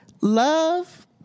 Love